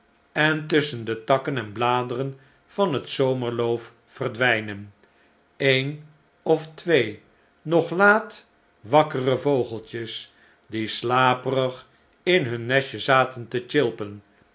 en tusschcn de takken en bladeren van het zomerloof verdwijnen een of twee nog laat wakkere vogeltjes die slaperig in hun nestje zaten te tjilpen